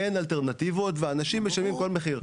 אין אלטרנטיבות ואנשים משלמים כל מחיר.